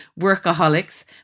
workaholics